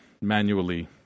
manually